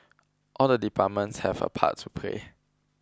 all the departments had a part to play